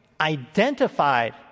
identified